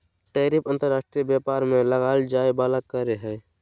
tariff अंतर्राष्ट्रीय व्यापार में लगाल जाय वला कर हइ